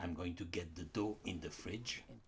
i'm going to get the door in the fridge and